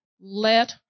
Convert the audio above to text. let